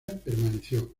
permaneció